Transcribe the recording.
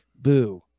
Boo